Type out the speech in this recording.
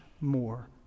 more